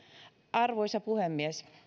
arvoisa puhemies